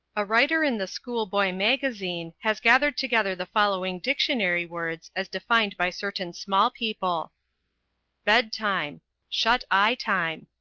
a writer in the school-boy magazine has gathered together the following dictionary words as defined by certain small people bed-time shut eye time.